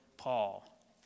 Paul